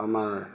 আমাৰ